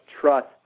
trust